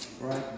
right